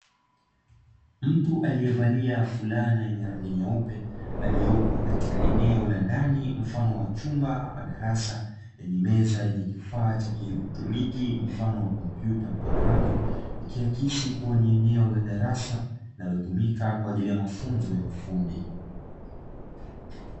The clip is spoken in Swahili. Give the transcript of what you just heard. Mtu alievalia fulana yenye rangi nyeupe aliyepo katika eneo la ndani mfano wa chumba ambapo yenye meza yenye kifaa cha kieletroniki na kompyuta mpakato, ikiakisi kuwa ni eneo hasa linalotumika kwa ajili ya mafunzo ya ufundi.